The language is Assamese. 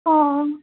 অঁ